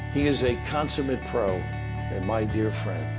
he is a consummate pro and my dear friend.